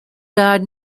died